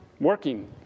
working